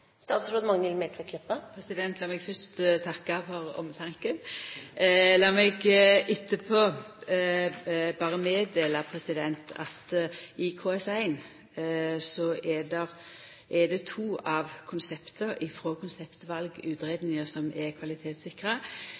meg fyrst takka for omtanken. Lat meg etterpå berre meddela at i KS1 er det to av konsepta frå Konseptvalutgreiinga som er kvalitetssikra.